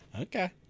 Okay